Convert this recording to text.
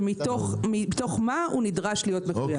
ומתוך מה הוא נדרש להיות מחויב.